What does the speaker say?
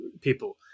people